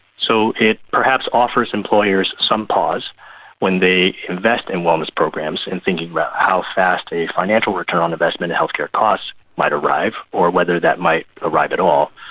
so it perhaps offers employers some pause when they invest in wellness programs in thinking about how fast a financial return on investment and healthcare costs might arrive or whether that might arrive at all,